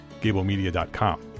gablemedia.com